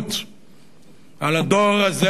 בהשתאות על הדור הזה,